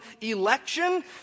election